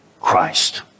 Christ